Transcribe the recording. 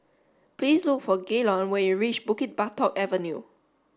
please look for Gaylon when you reach Bukit Batok Avenue